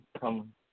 come